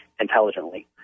intelligently